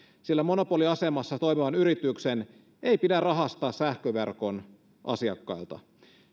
sillä monopoliasemassa toimivan yrityksen ei pidä rahastaa sähköverkon asiakkaita